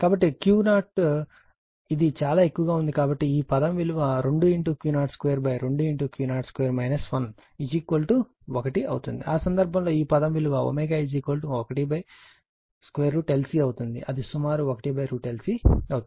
కాబట్టి Q0 ఇది చాలా ఎక్కువగా ఉంది కాబట్టి ఈ పదం విలువ 2Q022Q02 1 1 అవుతుంది ఆ సందర్భంలో ఈ పదం విలువ ω 1LC అవుతుంది అది సుమారు 1LC అవుతుంది